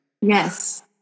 yes